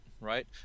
right